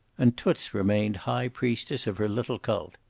and toots remained high-priestess of her little cult.